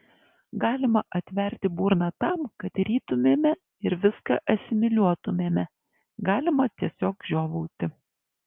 galima atverti burną tam kad rytumėme ir viską asimiliuotumėme galima tiesiog žiovauti